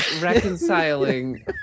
reconciling